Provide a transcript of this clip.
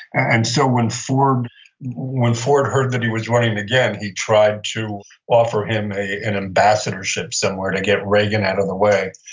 and so, when ford when ford heard that he was running again, he tried to offer him an ambassadorship somewhere to get reagan out of the way,